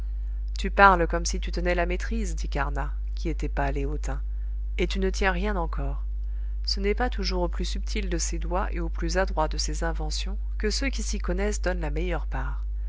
tu parles comme si tu tenais la maîtrise dit carnat qui était pâle et hautain et tu ne tiens rien encore ce n'est pas toujours au plus subtil de ses doigts et au plus adroit de ses inventions que ceux qui s'y connaissent donnent la meilleure part